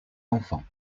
enfants